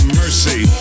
mercy